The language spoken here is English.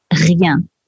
rien